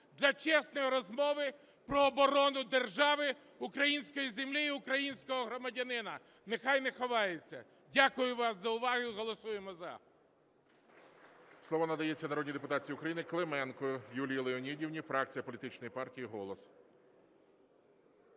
для чесної розмови про оборону держави, української землі і українського громадянина, нехай не ховається. Дякую вам за увагу і голосуємо "за".